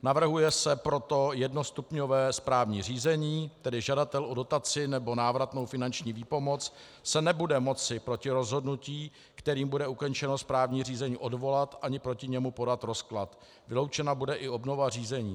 Navrhuje se proto jednostupňové správní řízení, tedy žadatel o dotaci nebo návratnou finanční výpomoc se nebude moci rozhodnutí, kterým bude ukončeno správní řízení, odvolat ani proti němu podat rozklad. Vyloučena bude i obnova řízení.